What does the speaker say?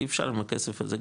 אי אפשר עם הכסף הזה,